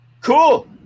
cool